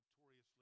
victoriously